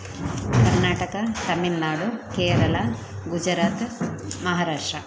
Karnataka Tamil Nadu Kerala Gujarat Maharashtra